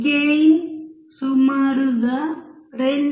gain 2